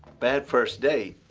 bad first date.